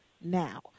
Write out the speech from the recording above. now